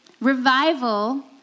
Revival